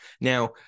now